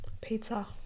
Pizza